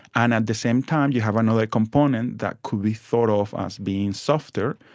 and at the same time you have another component that could be thought of as being softer,